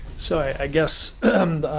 so i guess